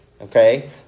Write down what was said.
Okay